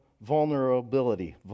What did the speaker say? vulnerability